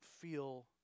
feel